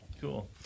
Cool